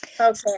Okay